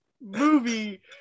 movie